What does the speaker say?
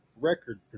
record